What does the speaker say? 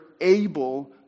able